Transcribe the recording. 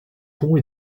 pont